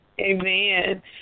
Amen